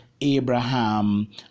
Abraham